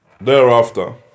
thereafter